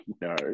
no